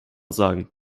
sagen